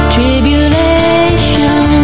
Tribulation